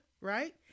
right